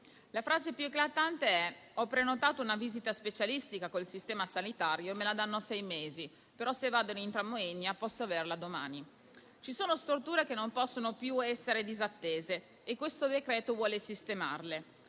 La frase più eclatante è la seguente: ho prenotato una visita specialistica con il sistema sanitario e me la danno a sei mesi, però se vado in *intramoenia* possa averla domani. Ci sono storture che non possono più essere disattese e questo decreto-legge vuole sistemarle.